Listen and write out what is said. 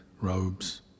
robes